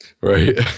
Right